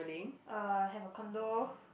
uh have a condo